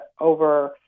over